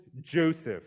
Joseph